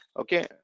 okay